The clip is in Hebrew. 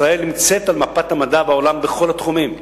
ישראל נמצאת על מפת המדע בעולם בכל התחומים.